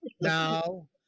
No